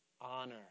honor